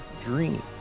dream